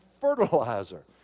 fertilizer